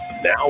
Now